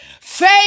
faith